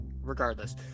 regardless